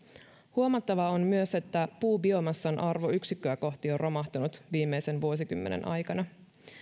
huomattavaa on myös että puubiomassan arvo yksikköä kohti on romahtanut viimeisen vuosikymmenen aikana